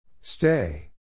Stay